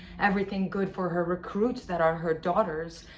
everything good for her recruits, that are her daughters.